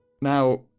Now